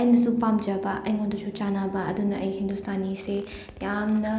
ꯑꯩꯅꯁꯨ ꯄꯥꯝꯖꯕ ꯑꯩꯉꯣꯟꯗꯁꯨ ꯆꯥꯅꯕ ꯑꯗꯨꯅ ꯑꯩ ꯍꯤꯟꯗꯨꯁꯇꯥꯅꯤꯁꯦ ꯌꯥꯝꯅ